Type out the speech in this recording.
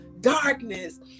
darkness